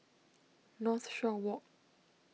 Northshore Walk